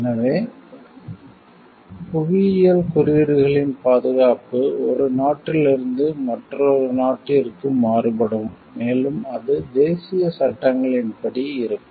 எனவே புவியியல் குறியீடுகளின் பாதுகாப்பு ஒரு நாட்டிலிருந்து மற்றொரு நாட்டிற்கு மாறுபடும் மேலும் அது தேசிய சட்டங்களின்படி இருக்கும்